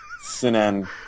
Sinan